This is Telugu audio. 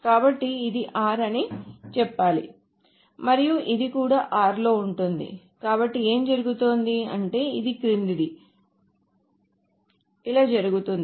కాబట్టి ఇది r అని చెప్పాలి మరియు ఇది కూడా r లో ఉంటుంది కాబట్టి ఏమి జరుగుతోంది అంటే ఇది క్రిందిది జరుగుతుంది